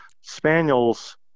Spaniels